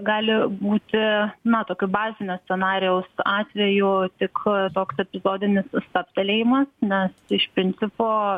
gali būti na tokiu bazinio scenarijaus atveju tik toks epizodinis stabtelėjimas nes iš principo